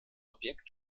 objekt